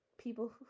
people